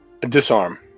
Disarm